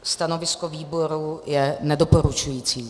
Stanovisko výboru je nedoporučující.